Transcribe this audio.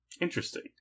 Interesting